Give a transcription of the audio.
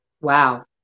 Wow